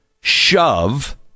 shove